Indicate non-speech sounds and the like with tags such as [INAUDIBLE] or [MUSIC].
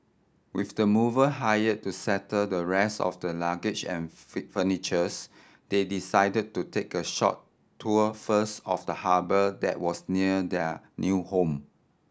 with the mover hired to settle the rest of the luggage and [UNINTELLIGIBLE] furnitures they decided to take a short tour first of the harbour that was near their new home